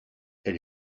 elle